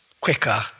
quicker